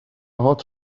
هات